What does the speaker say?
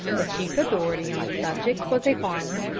the chief authority on the subject was a farmer,